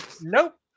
Nope